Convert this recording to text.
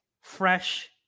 fresh